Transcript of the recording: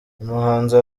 umuhanzi